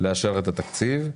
לאשר את התקציב,